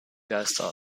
geister